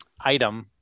item